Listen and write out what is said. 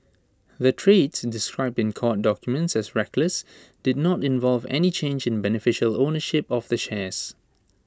the trades described in court documents as reckless did not involve any change in beneficial ownership of the shares